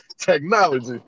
Technology